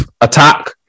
attack